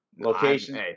Location